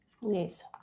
Yes